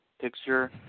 picture